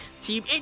team